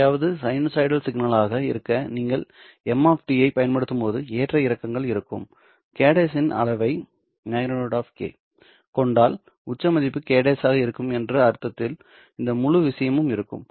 எதையாவது சைனூசாய்டல் சிக்னலாக இருக்க நீங்கள் m ஐப் பயன்படுத்தும்போது ஏற்ற இறக்கங்கள் இருக்கும் kˈ இன் அளவைக் கொண்டால் உச்ச மதிப்பு kˈ ஆக இருக்கும் என்ற அர்த்தத்தில் இந்த முழு விஷயமும் இருக்கும்